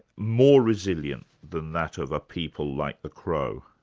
more resilient than that of a people like the crow?